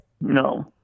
no